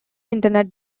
internet